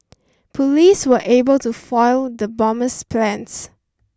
police were able to foil the bomber's plans